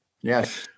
Yes